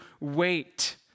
wait